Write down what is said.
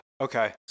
Okay